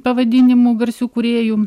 pavadinimų garsių kūrėjų